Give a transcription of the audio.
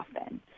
often